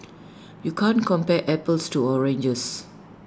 you can't compare apples to oranges